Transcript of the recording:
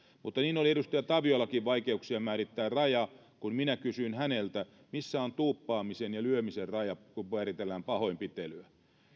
mutta niin oli edustaja taviollakin vaikeuksia määrittää raja kun minä kysyin häneltä missä on tuuppaamisen ja lyömisen raja kun kun määritellään pahoinpitelyä